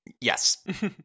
Yes